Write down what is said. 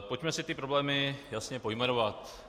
Pojďme si problémy jasně pojmenovat.